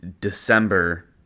December